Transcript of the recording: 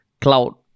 cloud